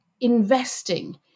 investing